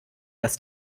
das